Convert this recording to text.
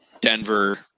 Denver